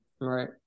Right